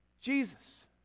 Jesus